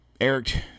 Eric